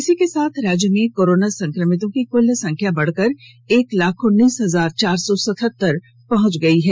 इसी के साथ राज्य में कोरोना संक्रमितों की कुल संख्या बढ़कर एक लाख उन्नीस हजार चार सौ सतहतर पहुंच गई है